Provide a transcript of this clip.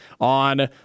on